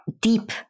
deep